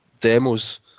demos